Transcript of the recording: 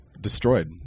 destroyed